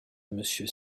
monsieur